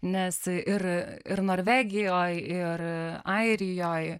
nes ir ir norvegijoj ir airijoj